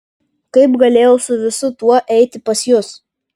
kaip galėjau su visu tuo eiti pas jus